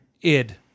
id